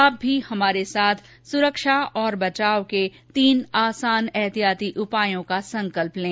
आप भी हमारे साथ सुरक्षा और बचाव के तीन आसान एहतियाती उपायों का संकल्प लें